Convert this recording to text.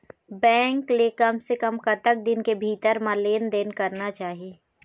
Bank ले कम से कम कतक दिन के भीतर मा लेन देन करना चाही?